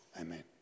Amen